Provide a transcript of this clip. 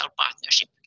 partnership